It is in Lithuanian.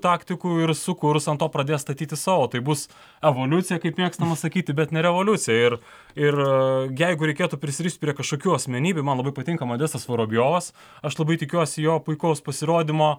taktikų ir sukurs ant to pradės statyti savo tai bus evoliucija kaip mėgstama sakyti bet ne revoliucija ir ir jeigu reikėtų prisirišt prie kažkokių asmenybių man labai patinka modestas vorobjovas aš labai tikiuosi jo puikaus pasirodymo